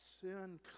sin